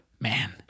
man